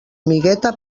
amigueta